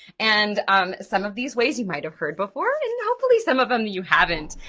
and um some of these ways you might've heard before and hopefully some of them you haven't.